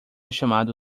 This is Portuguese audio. chamado